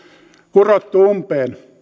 kurottu umpeen